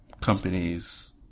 companies